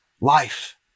life